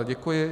Děkuji.